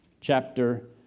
chapter